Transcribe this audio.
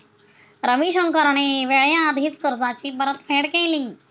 रविशंकरने वेळेआधीच कर्जाची परतफेड केली